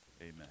Amen